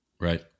Right